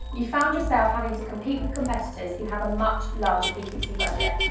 you've found yourself having to compete with competitors who have a much larger ppc budget.